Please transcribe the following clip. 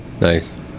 nice